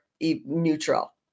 neutral